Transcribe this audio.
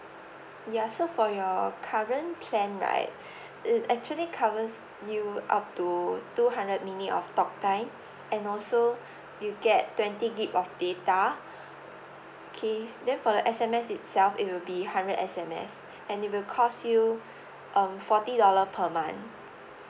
ya so for your current plan right it actually covers you up to two hundred minute of talk time and also you get twenty gig of data okay then for the S_M_S itself it will be hundred S_M_S and it will cost you um forty dollar per month